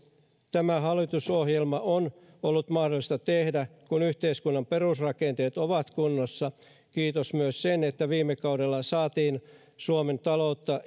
tämä hallitusohjelma on ollut mahdollista tehdä kun yhteiskunnan perusrakenteet ovat kunnossa kiitos myös sen että viime kaudella saatiin suomen taloutta